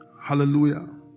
Hallelujah